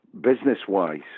business-wise